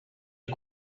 est